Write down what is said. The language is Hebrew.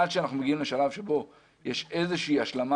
עד שאנחנו מגיעים לשלב בו יש איזושהי השלמה